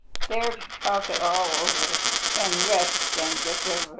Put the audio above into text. there to talk it all over and rest and get their